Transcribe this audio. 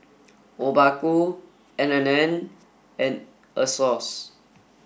Obaku N and N and Asos